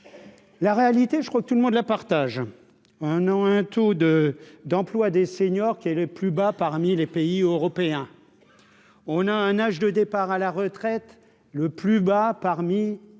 la réalité, je crois que tout le monde la partage un an un taux de d'emploi des seniors, qui est le plus bas parmi les pays européens, on a un âge de départ à la retraite le plus bas parmi tous nos voisins